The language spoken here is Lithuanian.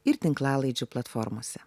ir tinklalaidžių platformose